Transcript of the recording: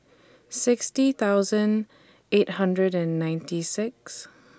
sixty thousand eight hundred and ninety six